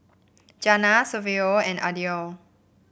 Jana Saverio and Aidyn